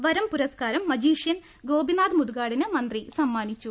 വരം പുരസ്കാരം മജീഷ്യൻ ഗോപിനാഥ് മുതുകാടിന് മന്ത്രി സമ്മാ നിച്ചു